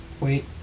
Wait